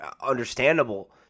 understandable